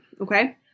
okay